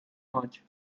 much